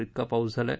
इतका पाऊस झाला आहे